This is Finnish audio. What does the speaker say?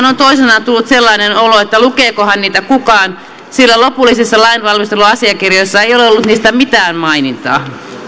on tullut hieman sellainen olo että lukeekohan niitä kukaan sillä lopullisissa lainvalmisteluasiakirjoissa ei ole ollut niistä mitään mainintaa